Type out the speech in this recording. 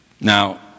Now